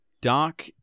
Doc